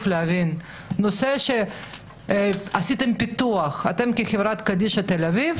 להבין וזה שאתם כחברת קדישא תל אביב